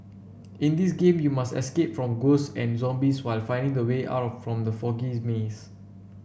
in this game you must escape from ghosts and zombies while finding the way out from the foggy maze